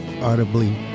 audibly